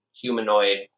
humanoid